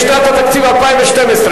כהצעת הוועדה,